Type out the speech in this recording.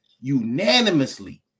unanimously